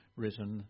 written